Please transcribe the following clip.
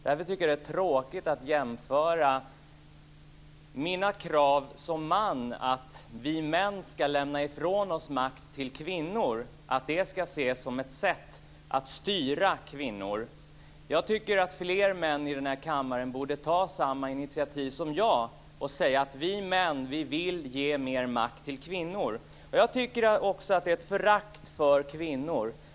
Därför tycker jag att det är tråkigt att hon menar att mina krav, som man, på att vi män ska lämna ifrån oss makt till kvinnor ska ses som ett sätt att styra kvinnor. Jag tycker att fler män i denna kammare borde ta samma initiativ som jag och säga att vi män vill ge mer makt till kvinnor. Jag tycker också att det är ett förakt för kvinnor.